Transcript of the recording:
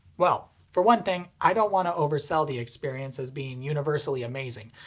well, for one thing, i don't want to oversell the experience as being universally amazing.